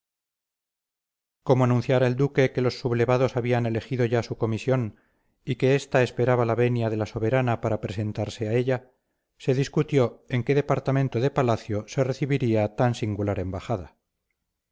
como anunciara el duque que los sublevados habían elegido ya su comisión y que esta esperaba la venia de la soberana para presentarse a ella se discutió en qué departamento de palacio se recibiría tan singular embajada